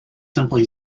simply